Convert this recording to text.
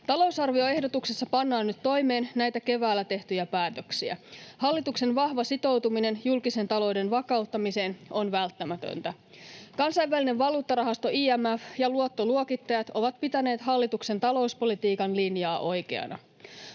Talousarvioehdotuksessa pannaan nyt toimeen näitä keväällä tehtyjä päätöksiä. Hallituksen vahva sitoutuminen julkisen talouden vakauttamiseen on välttämätöntä. Kansainvälinen valuuttarahasto IMF ja luottoluokittajat ovat pitäneet hallituksen talouspolitiikan linjaa oikeana.